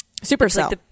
supercell